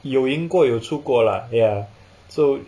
有赢过有出过 lah ya so